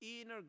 inner